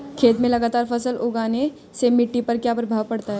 खेत में लगातार फसल उगाने से मिट्टी पर क्या प्रभाव पड़ता है?